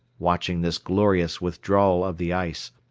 watching this glorious withdrawal of the ice,